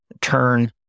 turn